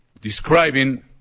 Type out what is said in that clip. describing